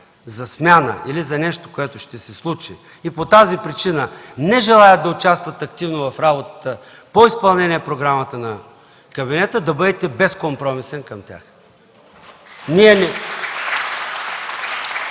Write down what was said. за смяна или за нещо, което ще се случи, и по тази причина не желаят да участват активно в работата по изпълнение програмата на кабинета. (Ръкопляскания от КБ и ДПС.)